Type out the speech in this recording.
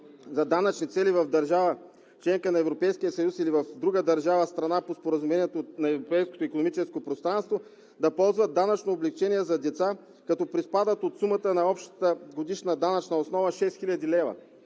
за данъчни цели в държава – членка на Европейския съюз, или в друга държава – страна по споразумението на Европейското икономическо пространство, да ползват данъчно облекчение за деца, като приспадат от сумата на общата годишна данъчна основа 6 хил. лв.